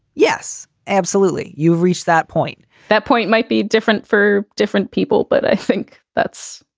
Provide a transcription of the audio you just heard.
yes, absolutely. you reach that point that point might be different for different people. but i think that's.